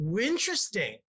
Interesting